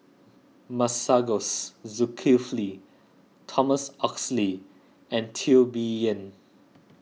Masagos Zulkifli Thomas Oxley and Teo Bee Yen